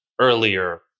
earlier